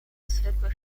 zwykłych